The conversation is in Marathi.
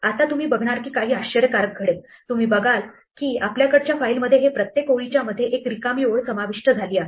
आता तुम्ही बघणार कि काही आश्चर्यकारक घडेल तुम्ही बघाल की आपल्याकडच्या फाईल मध्ये हे प्रत्येक ओळीच्या मध्ये एक रिकामी ओळ समाविष्ट झाली आहे